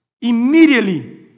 immediately